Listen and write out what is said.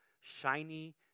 shiny